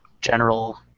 general